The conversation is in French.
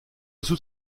sous